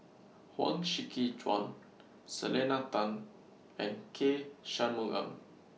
Huang Shiqi Joan Selena Tan and K Shanmugam